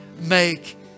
make